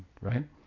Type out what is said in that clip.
right